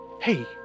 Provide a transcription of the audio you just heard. Hey